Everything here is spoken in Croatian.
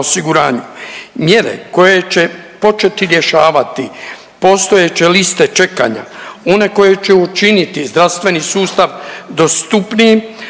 Mjere koje će početi rješavati postojeće liste čekanja, one koje će učiniti zdravstveni sustav dostupnijim